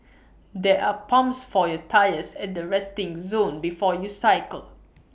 there are pumps for your tyres at the resting zone before you cycle